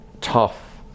tough